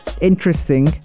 interesting